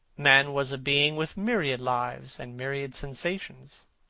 man was a being with myriad lives and myriad sensations,